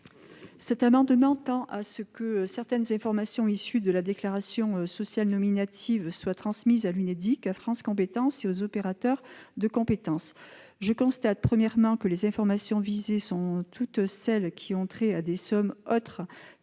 Cet amendement tend à ce que certaines informations issues de la déclaration sociale nominative soient transmises à l'Unédic, à France compétences et aux opérateurs de compétences. Les informations visées sont toutes celles qui ont trait à des sommes autres